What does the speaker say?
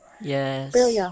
Yes